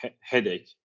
headache